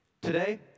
Today